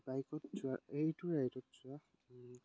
বাইকত যোৱা এইটো ৰাইডত যোৱা